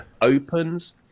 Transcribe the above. opens